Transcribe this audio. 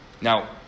Now